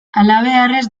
halabeharrez